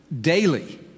daily